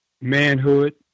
Manhood